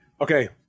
okay